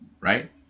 right